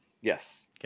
Yes